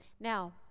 Now